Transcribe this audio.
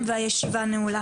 הישיבה נעולה.